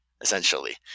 essentially